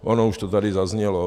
Ono už to tady zaznělo.